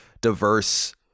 diverse